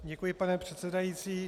Děkuji, pane předsedající.